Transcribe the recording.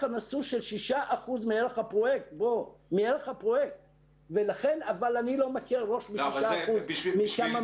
הנשוא של שישה אחוזים מערך הפרויקט ואני לא מקל ראש בשישה אחוזים.